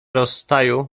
rozstaju